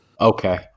Okay